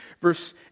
verse